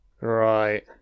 Right